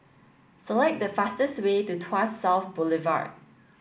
select the fastest way to Tuas South Boulevard